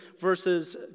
versus